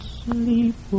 sleep